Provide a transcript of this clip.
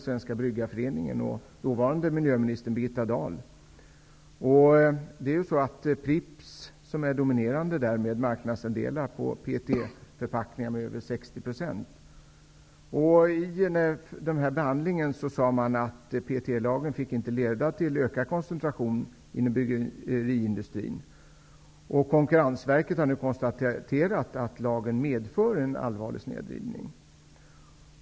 Svenska bryggareföreningen och dåvarande miljöministern Birgitta Dahl. Pripps är dominerande och har marknadsandelar på över 60 % när det gäller PET. I behandlingen sades att PET-lagen inte fick leda till ökad koncentration inom bryggeriindustrin. Konkurrensverket har nu konstaterat att lagen medför en allvarlig snedvridning.